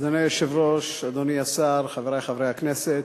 אדוני היושב-ראש, אדוני השר, חברי חברי הכנסת,